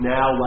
Now